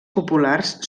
populars